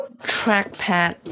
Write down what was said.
trackpad